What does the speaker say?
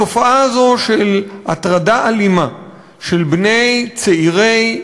התופעה הזאת, של הטרדה אלימה של בני, צעירי,